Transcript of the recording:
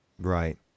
Right